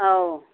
ꯑꯧ